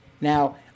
Now